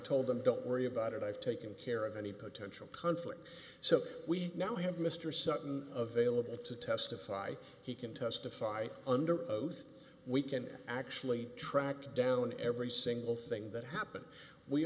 told them don't worry about it i've taken care of any potential conflict so we now have mr sutton available to testify he can testify under oath we can actually track down every single thing that happened we